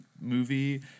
movie